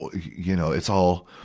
you know, it's all,